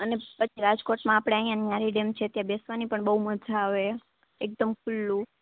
અને પછી રાજકોટમાં આપડે અઈયા હરિ ડેમ છે ત્યાં બેસવાની પણ બહુ મજા આવે એક દમ ખુલ્લુ